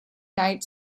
night